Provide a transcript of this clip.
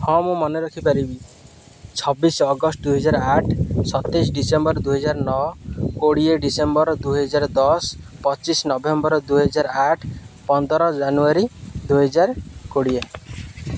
ହଁ ମୁଁ ମନେ ରଖିପାରିବି ଛବିଶି ଅଗଷ୍ଟ ଦୁଇ ହଜାର ଆଠ ସତେଇଶି ଡ଼ିସେମ୍ବର ଦୁଇ ହଜାର ନଅ କୋଡ଼ିଏ ଡ଼ିସେମ୍ବର ଦୁଇ ହଜାର ଦଶ ପଚିଶି ନଭେମ୍ବର ଦୁଇ ହଜାର ଆଠ ପନ୍ଦର ଜାନୁଆରୀ ଦୁଇ ହଜାର କୋଡ଼ିଏ